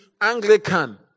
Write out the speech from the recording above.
Anglican